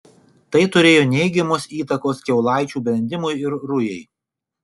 tai turėjo neigiamos įtakos kiaulaičių brendimui ir rujai